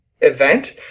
event